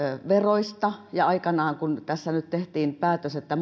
veroista ja kun tässä nyt tehtiin päätös että